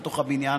בתוך הבניין,